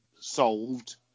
Solved